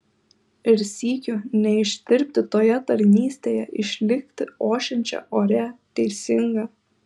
ir sykiu neištirpti toje tarnystėje išlikti ošiančia oria teisinga